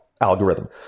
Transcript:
algorithm